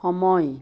সময়